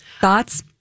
thoughts